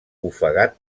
ofegat